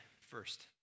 first